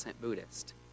Buddhist